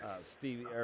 Stevie